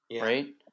Right